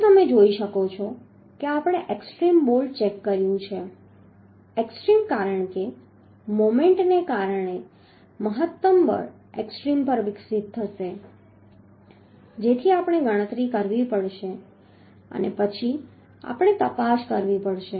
અહીં તમે જોઈ શકો છો કે આપણે એક્સ્ટ્રીમ બોલ્ટ ચેક કર્યું છે એક્સ્ટ્રીમ કારણ કે મોમેન્ટને કારણે મહત્તમ બળ એક્સ્ટ્રીમ પર વિકસિત થશે જેથી આપણે ગણતરી કરવી પડશે અને પછી આપણે તપાસ કરવી પડશે